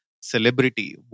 celebrity